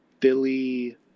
Philly